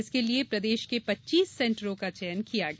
इसके लिये प्रदेश के पच्चीस सेंटरों का चयन किया गया